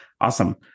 Awesome